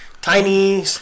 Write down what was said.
tiny